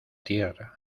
tierra